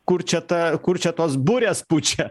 kur čia ta kur čia tos burės pučia